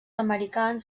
americans